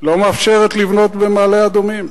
לא מאפשרת לבנות במעלה-אדומים?